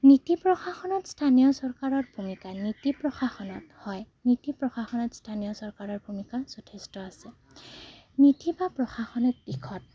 নীতি প্ৰশাসনত স্থানীয় চৰকাৰৰ ভূমিকা নীতি প্ৰশাসনত হয় নীতি প্ৰশাসনত স্থানীয় চৰকাৰৰ ভূমিকা যথেষ্ট আছে নীতি বা প্ৰশাসনৰ দিশত